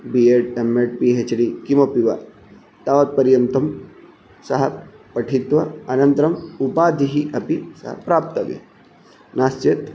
B Ed M Ed P H D किमपि वा तावत्पर्यन्तं सः पठित्वा अनन्तरम् उपाधिः अपि सः प्राप्तव्यः नास्ति चेत्